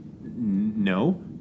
No